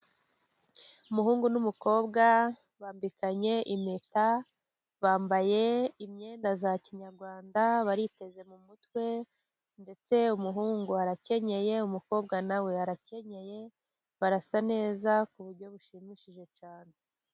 Umuhungu n'umukobwa bambikanye impeta bambaye imyenda ya kinyarwanda, bariteze mu mutwe ndetse umuhungu arakenyeye, umukobwa nawe arakenyeye barasa neza, ku buryo bushimishije cyane.